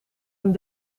een